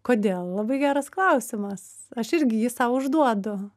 kodėl labai geras klausimas aš irgi jį sau užduodu